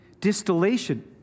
distillation